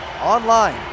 online